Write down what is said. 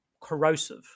corrosive